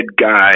guy